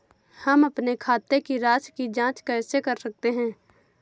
हम अपने खाते की राशि की जाँच कैसे कर सकते हैं?